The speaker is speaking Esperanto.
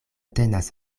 tenas